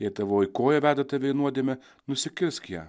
jei tavoji koja veda tave į nuodėmę nusikirsk ją